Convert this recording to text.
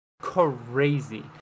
crazy